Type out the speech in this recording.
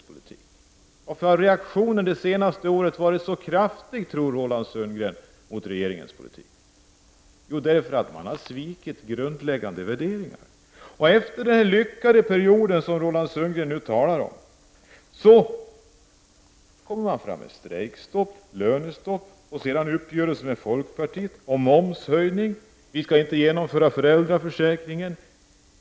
Varför tror Roland Sundgren att reaktionen under de senaste året har varit så kraftig mot regeringens politik? Jo, därför att socialdemokratin har svikit grundläggande värderingar. Efter den lyckade period som Roland Sundgren talar om, går man ut med strejkstopp, lönestopp och sedan uppgörelse med folkpartiet om momshöjning. Föräldraförsäkringen skall inte genomföras.